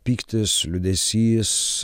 pyktis liūdesys